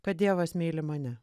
kad dievas myli mane